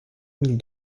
mille